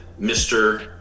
Mr